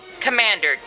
Commander